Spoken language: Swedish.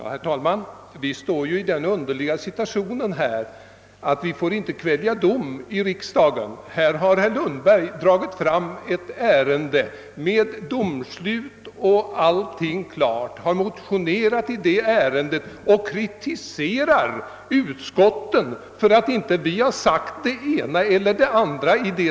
Herr talman! Vi här i riksdagen be: finner oss ju i den situationen att vi inte får kvälja dom. Herr Lundberg har motionsledes dragit fram ett ärende i fråga om vilket domslut och allting blivit klart, och han kritiserar nu första och tredje lagutskotten för att dessa inte uttalar sig om detta ärende.